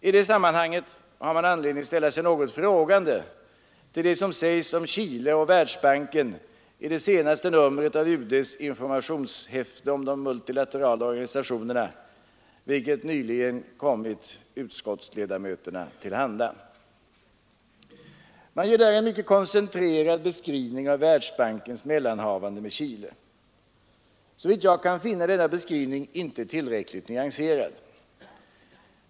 I det sammanhanget har man anledning ställa sig något frågande till det som sägs om Chile och Världsbanken i det senaste numret av UD:s informationshäften om de multilaterala organisationerna, vilket nyligen kommit utskottsledamöterna till handa. Där ges en mycket koncentrerad beskrivning av Världsbankens mellanhavande med Chile. Såvitt jag kan finna är denna beskrivning inte tillräckligt nyanserad.